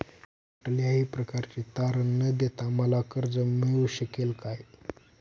कुठल्याही प्रकारचे तारण न देता मला कर्ज मिळू शकेल काय?